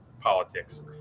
politics